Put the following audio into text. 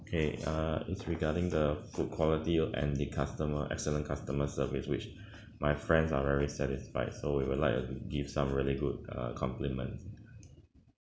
okay uh it's regarding the food quality and the customer excellent customer service which my friends are very satisfied so we would like uh give some really good err compliment